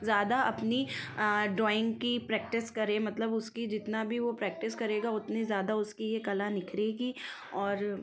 जादा अपनी ड्रॉइंग की प्रैक्टिस करे मतलब उसकी जितना भी वो प्रैक्टिस करेगा उतनी ज़्यादा उसकी यह कला निखरेगी और